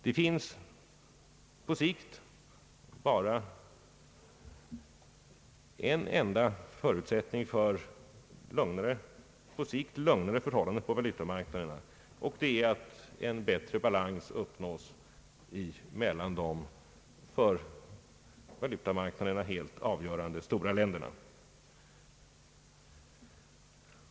Det finns bara en enda förutsättning för att på sikt få lugnare förhållanden på valutamarknaden, och det är att en bättre balans uppnås emellan de för valutamarknaden helt avgörande stora länderna.